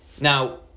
now